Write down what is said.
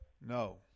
No